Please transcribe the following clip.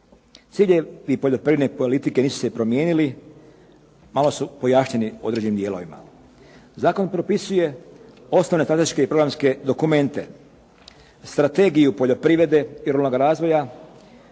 Cilj je i poljoprivredne politike nisu se promijenili, malo su pojašnjeni u određenim dijelovima. Zakon propisuje osnovne strateške i programske dokumente. Strategiju poljoprivrede i ruralnoga razvoja